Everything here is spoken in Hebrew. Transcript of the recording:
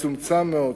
מצומצם מאוד,